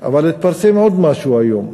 אבל התפרסם עוד משהו היום,